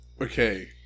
Okay